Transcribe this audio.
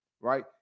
Right